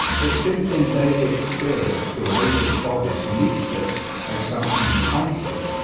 but since in daily experience the weight of bodies meets us as something constant,